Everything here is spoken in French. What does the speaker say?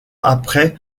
après